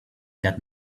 that